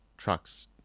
trucks